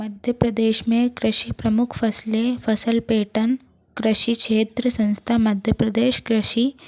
मध्य प्रदेश में कृषि प्रमुख फसलें फसल पेटन कृषि क्षेत्र संस्था मध्य प्रदेश कृषि